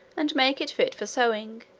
and make it fit for sowing,